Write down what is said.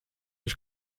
ich